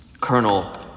Colonel